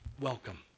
welcome